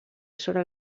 sobre